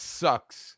sucks